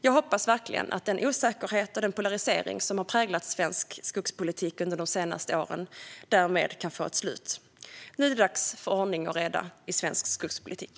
Jag hoppas verkligen att den osäkerhet och den polarisering som har präglat svensk skogspolitik under de senaste åren därmed kan få ett slut. Nu är det dags för ordning och reda i svensk skogspolitik!